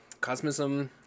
cosmism